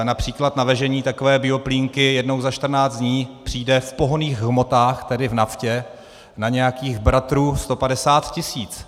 Například navezení takové bioplínky jednou za 14 dní přijde v pohonných hmotách, tedy v naftě, na nějakých bratru 150 tisíc.